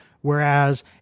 Whereas